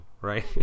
right